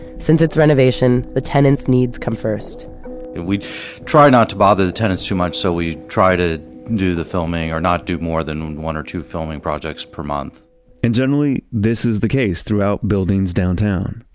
since it's renovation, the tenants' needs come first and we try not to bother the tenants too much so we try to do the filming, or not do more than one or two filming projects per month and generally, this is the case throughout buildings downtown.